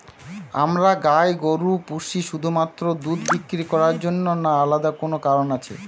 আমরা গাই গরু পুষি শুধুমাত্র দুধ বিক্রি করার জন্য না আলাদা কোনো কারণ আছে?